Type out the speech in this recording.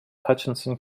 hutchinson